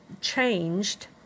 changed